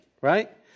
right